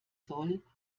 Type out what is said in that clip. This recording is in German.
soll